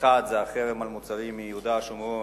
האחת זה החרם על מוצרים מיהודה ושומרון,